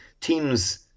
teams